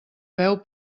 veu